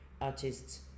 artists